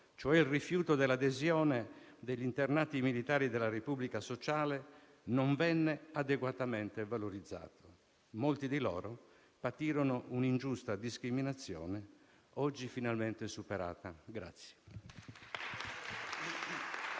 cioè il rifiuto dell'adesione degli internati militari della Repubblica sociale, non venne adeguatamente valorizzato. Molti di loro patirono un'ingiusta discriminazione, oggi finalmente superata.